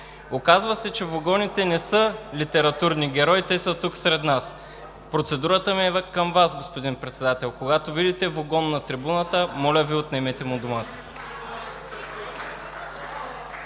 Оказва се, че вогоните не са литературни герои, те са тук сред нас. Процедурата ми е към Вас, господин Председател. Когато видите вогон на трибуната, моля Ви, отнемете му думата.